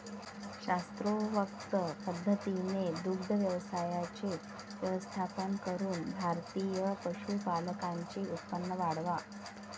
शास्त्रोक्त पद्धतीने दुग्ध व्यवसायाचे व्यवस्थापन करून भारतीय पशुपालकांचे उत्पन्न वाढवा